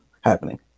happening